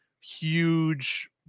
huge